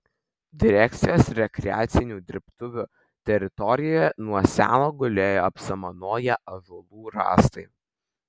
direkcijos rekreacinių dirbtuvių teritorijoje nuo seno gulėjo apsamanoję ąžuolų rąstai